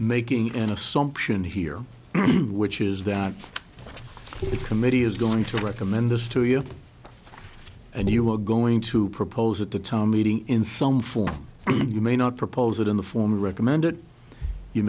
making an assumption here which is that the committee is going to recommend this to you and you were going to propose at the time meeting in some form you may not propose it in the form recommended you